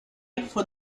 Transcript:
for